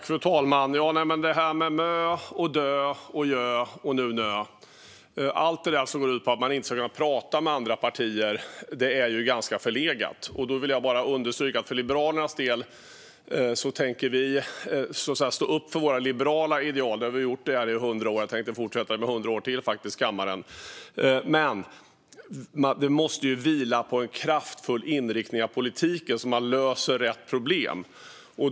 Fru talman! Det här med DÖ och JÖ och nu NÖ, allt det här som går ut på att man inte ska kunna prata med andra partier, är ju ganska förlegat. Jag vill bara understryka att för Liberalernas del tänker vi stå upp för våra liberala ideal. Det har vi gjort i hundra år här i kammaren, och vi tänkte faktiskt fortsätta i hundra år till. Men det måste ju vila på en kraftfull inriktning av politiken så att man löser rätt problem.